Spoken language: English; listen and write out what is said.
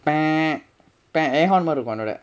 Ahon மாரி இருக்கொ உன்னோட:maari irukko unnoda